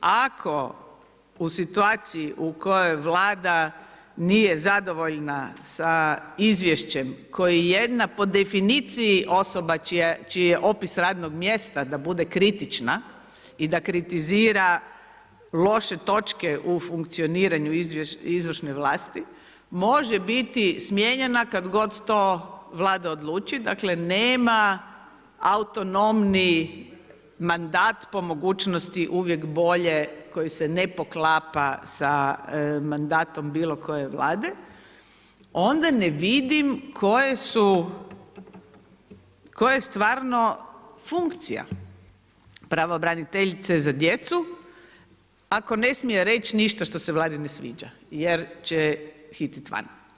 Ako u situaciji u kojoj Vlada nije zadovoljna sa izvješćem koji jedna po definiciji osoba čiji je opis radnog mjesta da bude kritična i da kritizira loše točke u funkcioniranju izvršne vlasti, može biti smijenjena kada god to Vlada odluči, dakle nema autonomni mandat po mogućnosti uvijek bolje koji se ne poklapa sa mandatom bilo koje Vlade onda ne vidim koja je stvarno funkcija pravobraniteljice za djecu, ako ne smije reći ništa što se Vladi ne sviđa jer će je hiti van.